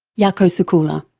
jaakko seikkula.